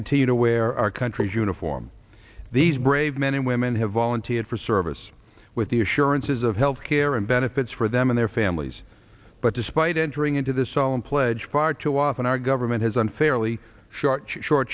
continue to wear our country's uniform these brave men and women have volunteered for service with the assurances of health care and benefits for them and their families but despite entering into this solemn pledge far too often our government has unfairly short short